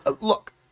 look